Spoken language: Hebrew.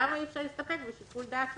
למה אי-אפשר להסתפק בשיקול דעת שופט?